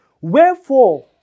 Wherefore